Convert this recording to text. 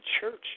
church